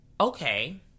okay